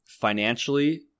Financially